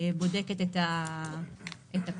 בודקת את הפנייה.